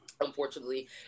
unfortunately